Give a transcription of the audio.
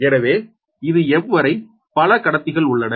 எனவே இது m வரை பல கடத்திகள் உள்ளன